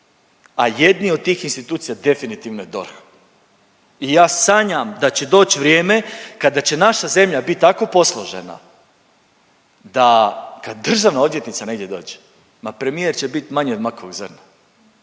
a jedni od tih institucija definitivno je DORH i ja sanjam da će doć vrijeme kada će naša zemlja bit tako posložena da kad državna odvjetnica negdje dođe, ma premijer će bit manji od makovog zrna,